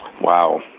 Wow